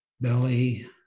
belly